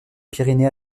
pyrénées